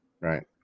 Right